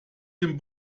dem